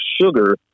sugar